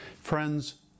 friends